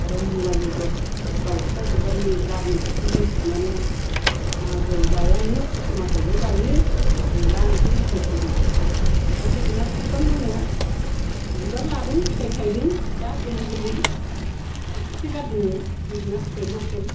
आरो मुला बेदर गावस्राजोब्बाय नै गारनोसैसो जों फुनानै मागोआव जायानो फुस मासावल' जायो गैला बेखौ उथायसिगोन दा जोगोनार फिफां दङ बिबार लादों फिथाइ थायदों दा गोरलै गोरलै थाइख्रिसो गारदोङो जोगोनार फिथाइ ल'केल